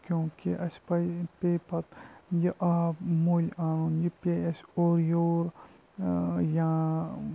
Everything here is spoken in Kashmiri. کیونکہِ اَسہِ پَزِ پے پَتہٕ یہِ آب مٔلۍ اَنُن یہِ پے اَسہِ اورٕ یور یا